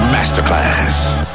Masterclass